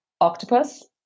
octopus